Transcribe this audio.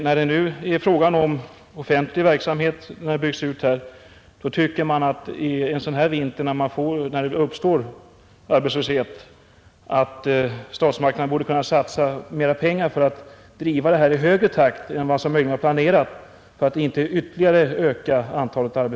När nu den offentliga verksamheten byggs ut och det uppstår arbetslöshet en sådan här vinter, tycker man att statsmakterna borde kunna satsa mera pengar för att driva utbyggnaden i högre takt än vad som möjligen var planerat, så att antalet arbetslösa inte ökar ytterligare.